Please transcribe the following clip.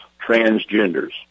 transgenders